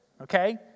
Okay